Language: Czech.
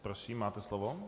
Prosím, máte slovo.